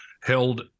held